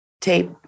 tape